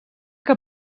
que